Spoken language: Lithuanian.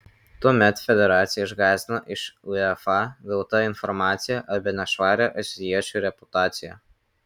tuomet federaciją išgąsdino iš uefa gauta informacija apie nešvarią azijiečių reputaciją